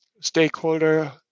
stakeholder